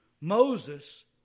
Moses